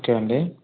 okay అండి